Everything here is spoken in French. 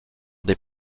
des